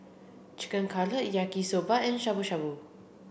Chicken Cutlet Yaki Soba and Shabu shabu